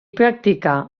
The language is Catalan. practicar